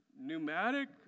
Pneumatic